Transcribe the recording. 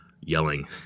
yelling